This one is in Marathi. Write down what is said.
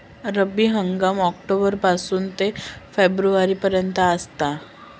रब्बी हंगाम ऑक्टोबर पासून ते फेब्रुवारी पर्यंत आसात